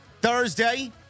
Thursday